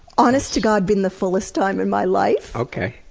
honest to god, been the fullest time in my life! okay,